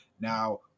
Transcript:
Now